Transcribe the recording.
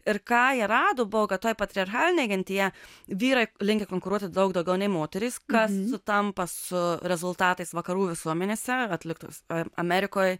ir ką jie rado buvo toj patriarchalinėj gentyje vyrai linkę konkuruoti daug daugiau nei moterys kas sutampa su rezultatais vakarų visuomenėse atliktos amerikoj